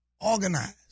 organized